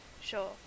sure